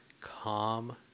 calm